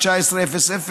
08:00 לשעה 19:00,